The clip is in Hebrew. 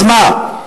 אז מה?